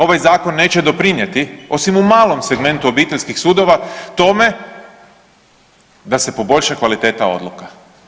Ovaj zakon neće doprinijeti osim u malom segmentu obiteljskih sudova tome da se poboljša kvaliteta odluka.